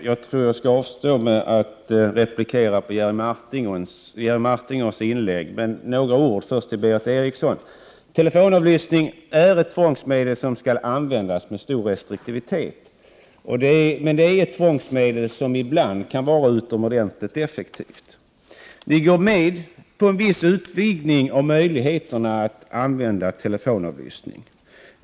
Herr talman! Jag avstår från att replikera på Jerry Martingers inlägg. Jag vill dock säga några ord till Berith Eriksson. Telefonavlyssning är ett tvångsmedel som skall användas med stor restriktivitet. Men detta tvångsmedel kan ibland vara utomordentligt effektivt. Vi går med på en viss utvidgning av möjligheterna att använda telefonavlyssning.